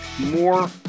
more